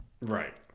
Right